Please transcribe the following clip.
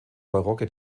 barocke